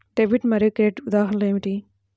Debit మరియు credit ఉదాహరణలు ఏమిటీ?